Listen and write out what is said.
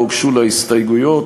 לא הוגשו לה הסתייגויות,